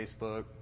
Facebook